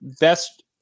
best